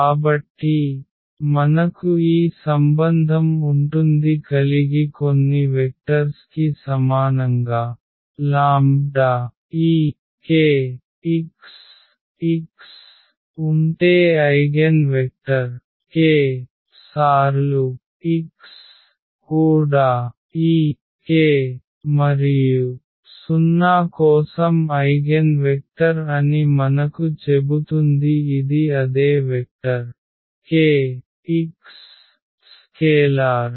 కాబట్టి మనకు ఈ సంబంధం ఉంటుంది కలిగి కొన్ని వెక్టర్స్ కి సమానంగా λ ఈ KX x ఉంటే ఐగెన్ వెక్టర్ k సార్లు x కూడా ఈ k మరియు సున్నా కోసం ఐగెన్ వెక్టర్ అని మనకు చెబుతుంది ఇది అదే వెక్టర్ KX స్కేలార్